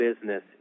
business